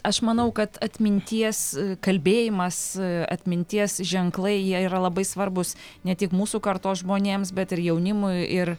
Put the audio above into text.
aš manau kad atminties kalbėjimas atminties ženklai jie yra labai svarbūs ne tik mūsų kartos žmonėms bet ir jaunimui ir